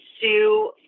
sue